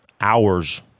hours